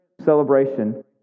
celebration